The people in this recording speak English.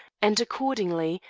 and, accordingly,